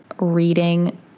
reading